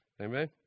Amen